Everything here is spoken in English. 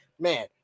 Man